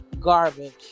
garbage